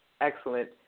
excellent